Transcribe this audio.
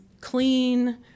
clean